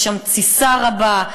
יש שם תסיסה רבה,